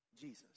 Jesus